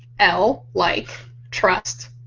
l. like trust,